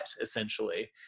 essentially